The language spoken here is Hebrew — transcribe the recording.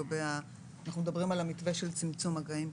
אנחנו מדברים על המתווה של צמצום מגעים,